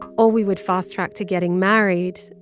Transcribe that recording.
or we would fast-track to getting married,